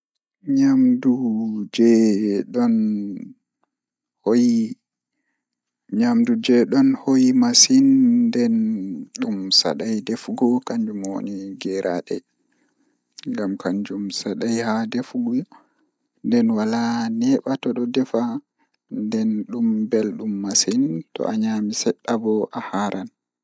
Ko hotooɓe maa mi yiɗi nden, to a jooɗi ɗum, a no njamma e kaɗɗo. Mi yiɗi haggorde, mi yimɓe njamma baafeeje ɗi e ṣeedo. Ko mo dumeede a duum kadi faa seeda e haara.